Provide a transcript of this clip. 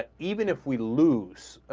and even if we lose